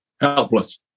Helpless